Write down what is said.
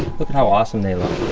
look at how awesome they look.